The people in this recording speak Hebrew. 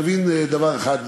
שנבין דבר אחד,